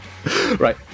Right